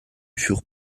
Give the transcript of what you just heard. furent